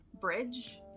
bridge